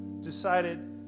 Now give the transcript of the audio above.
decided